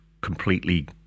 completely